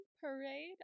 parade